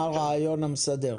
מה הרעיון המסדר?